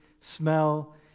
smell